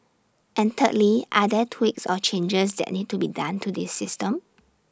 and thirdly are there tweaks or changes that need to be done to this system